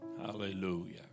Hallelujah